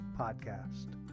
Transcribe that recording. podcast